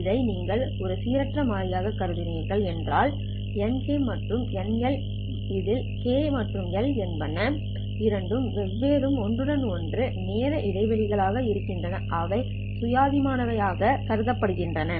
இதை நீங்கள் ஒரு சீரற்ற மாறியாகக் கருதினால் Nk மற்றும் NL இதில் k மற்றும் L என்பது இரண்டு வெவ்வேறு ஒன்றுடன் ஒன்று நேர இடைவெளிகள் களாக இருக்கின்றன அவை சுயாதீனமானவை என்று கருதப்படுகின்றன